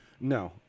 no